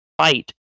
fight